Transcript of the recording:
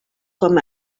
com